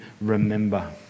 remember